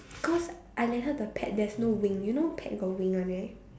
cause I lend her the pad there's no wing you know pad got wing one right